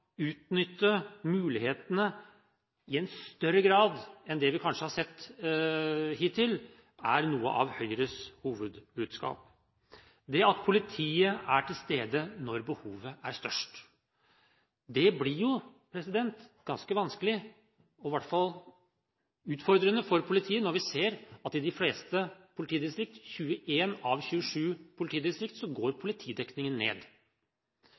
utnytte mulighetene i større grad enn det vi kanskje har sett hittil, er noe av Høyres hovedbudskap – det at politiet er til stede når behovet er størst. Det blir ganske vanskelig, og i hvert fall utfordrende for politiet, når vi ser at i de fleste politidistrikt, 21 av 27, går politidekningen ned.